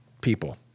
people